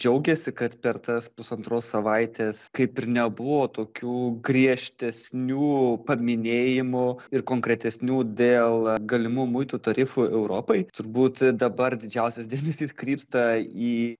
džiaugiasi kad per tas pusantros savaitės kaip ir nebuvo tokių griežtesnių paminėjimų ir konkretesnių dėl galimų muitų tarifų europai turbūt dabar didžiausias dėmesys krypsta į